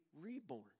reborn